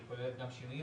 היא כוללת גם שינויים,